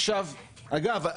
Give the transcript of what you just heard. אגב,